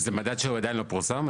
זה מדד שעדיין לא פורסם.